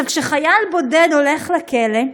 כשחייל בודד הולך לכלא,